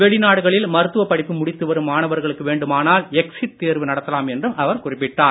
வெளிநாடுகளில் மருத்துவ படிப்பு முடித்து வரும் மாணவர்களுக்கு வேண்டுமானால் எக்ஸிட் தேர்வு நடத்தலாம் என்றும் அவர் குறிப்பிட்டார்